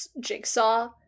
Jigsaw